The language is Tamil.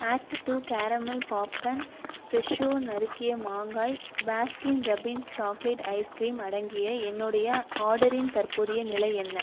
ஆக்ட் டூ கேரமெல் பாப்கார்ன் ஃப்ரெஷோ நறுக்கிய மாங்காய் பாஸ்கின் ரபின்ஸ் சாக்லேட் ஐஸ்கிரீம் அடங்கிய என்னுடைய ஆடரின் தற்போதைய நிலை என்ன